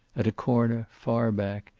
at a corner, far back,